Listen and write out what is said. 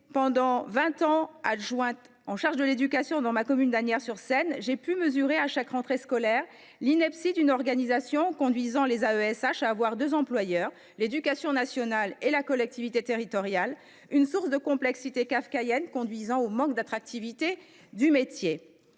pendant vingt ans adjointe au maire déléguée à l’éducation dans ma commune d’Asnières sur Seine, j’ai pu mesurer, à chaque rentrée scolaire, l’ineptie d’une organisation conduisant les AESH à avoir deux employeurs, l’éducation nationale et la collectivité territoriale, une source de complexité kafkaïenne contribuant au manque d’attractivité du métier.